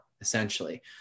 essentially